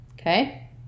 Okay